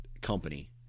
company